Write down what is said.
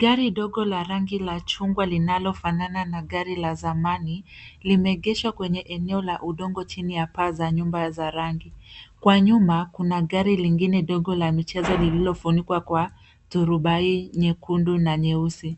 Gari dogo la rangi ya chungwa linalofanana na gari la zamani. Limeegeshwa kwenye eneo la udongo chini ya paa za nyumba za rangi. Kwa nyuma kuna gari lingine dogo la michezo lililofunikwa kwa turubai nyekundu na nyeusi.